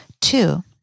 Two